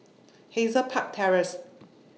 Hazel Park Terrace